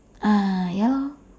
ah ya lor